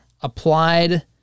applied